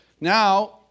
Now